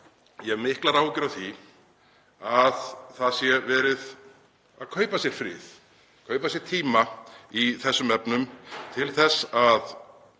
hef miklar áhyggjur af því að það sé verið að kaupa sér frið, kaupa sér tíma, í þessum efnum til þess að